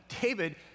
David